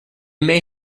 may